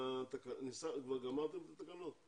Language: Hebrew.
אתם כבר גמרתם את התקנות?